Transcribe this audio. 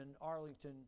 Arlington